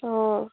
অঁ